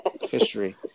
history